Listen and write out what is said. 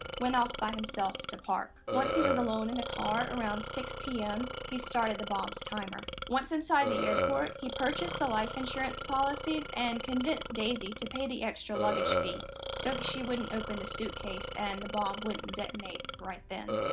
went off by himself to park. once he was alone in the car around six pm, he started the bomb's timer. once inside the airport, he purchased the life insurance policies and convinced daisie to pay the extra fee so she wouldn't open the suitcase and the bomb wouldn't detonate right then.